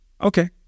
okay